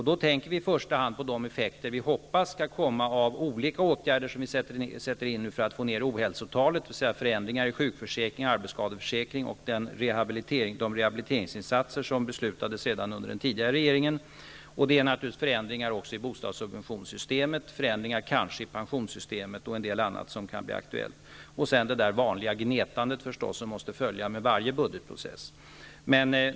Då tänker vi i första hand på de effekter som vi hoppas skall komma av olika åtgärder som vi sätter in för att få ned ohälsotalet, dvs. förändringar i sjukförsäkringen, arbetsskadeförsäkringen, de rehabiliteringsinsatser som beslutades redan under den tidigare regeringen, naturligtvis också förändringar i bostadssubventionssystemet och i pensionssystemet samt en del annat som kan bli aktuellt, förutom det vanliga gnetandet som måste följa med varje budgetprocess.